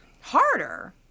Harder